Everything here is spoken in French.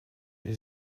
est